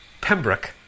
Pembroke